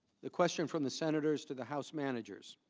the question from the senators to the house managers,